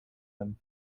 them